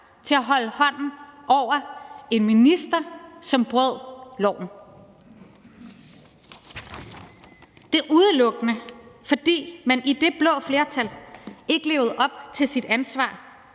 til at holde hånden over en minister, som brød loven. Det var udelukkende, fordi man i det blå flertal ikke levede op til sit ansvar,